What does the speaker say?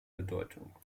bedeutung